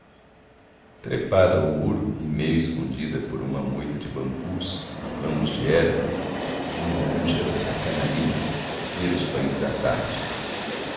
trepada ao muro e meio escondida por uma moita de bambus e ramos de hera vinha ângela a canarina ver os banhos da tarde